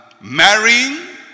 Marrying